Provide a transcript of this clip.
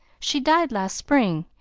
she died last spring,